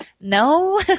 No